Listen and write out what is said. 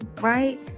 right